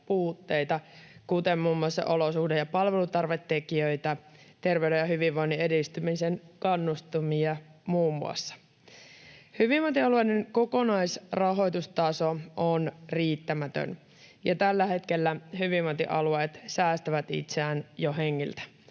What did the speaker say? kuten muun muassa olosuhde- ja palvelutarvetekijöitä, terveyden ja hyvinvoinnin edistämisen kannustimia muun muassa. Hyvinvointialueiden kokonaisrahoitustaso on riittämätön, ja tällä hetkellä hyvinvointialueet säästävät itseään jo hengiltä,